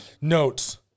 Notes